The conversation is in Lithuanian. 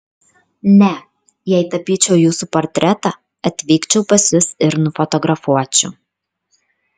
ne jei tapyčiau jūsų portretą atvykčiau pas jus ir nufotografuočiau